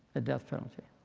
a death penalty.